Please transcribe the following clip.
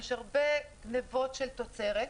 יש הרבה גניבות של תוצרת,